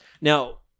Now